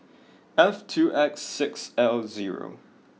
F two X six L zero